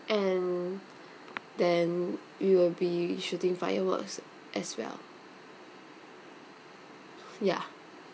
and then it'll be shooting fireworks as well ya